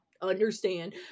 understand